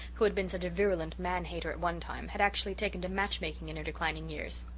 who had been such a virulent man-hater at one time, had actually taken to match-making in her declining years.